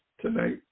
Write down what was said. tonight